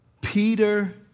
Peter